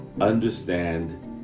understand